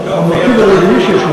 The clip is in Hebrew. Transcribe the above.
המרכיב הרביעי שבתוך